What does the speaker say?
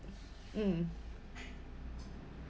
mm